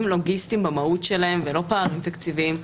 לוגיסטיים במהות שלהם ולא פערים תקציביים.